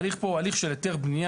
ההליך פה הוא הליך של היתר בנייה.